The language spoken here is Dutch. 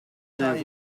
zijn